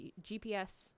GPS